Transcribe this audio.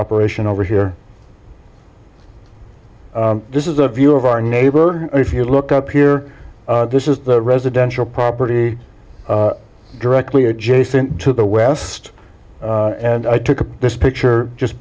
operation over here this is a view of our neighborhood if you look up here this is the residential property directly adjacent to the west and i took this picture just